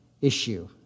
issue